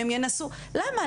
למה?